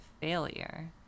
failure